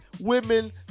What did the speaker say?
women